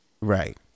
right